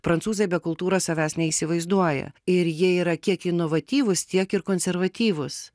prancūzai be kultūros savęs neįsivaizduoja ir jie yra kiek inovatyvūs tiek ir konservatyvūs